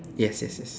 yes yes yes